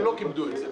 והם לא כיבדו את זה.